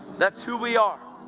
that's who we are.